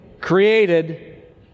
created